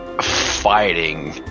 fighting